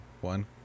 one